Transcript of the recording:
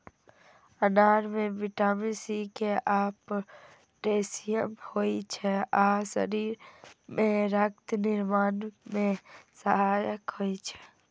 अनार मे vitamin C, K आ पोटेशियम होइ छै आ शरीर मे रक्त निर्माण मे सहायक होइ छै